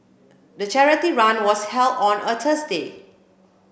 the charity run was held on a Tuesday